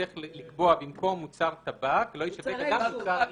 צריך לקבוע במקום מוצר טבק "לא ישווק אדם מוצר עישון".